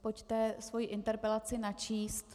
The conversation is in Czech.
Pojďte svoji interpelaci načíst.